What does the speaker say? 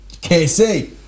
KC